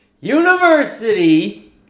University